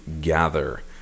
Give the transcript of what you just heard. gather